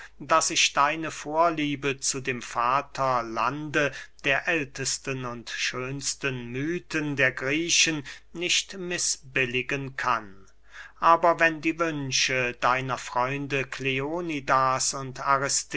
daß ich deine vorliebe zu dem vaterlande der ältesten und schönsten mythen der griechen nicht mißbilligen kann aber wenn die wünsche deiner freunde kleonidas und